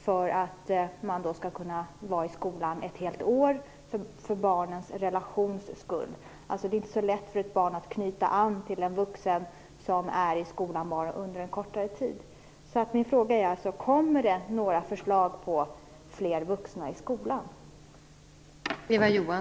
Då skulle de ALU-anställda kunna vistas i skolan ett helt år med tanke på relationerna till barnen. Det är inte så lätt för ett barn att knyta an till en vuxen som är i skolan bara under en kortare tid. Min fråga är alltså: Kommer det några förslag om fler vuxna i skolan?